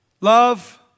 love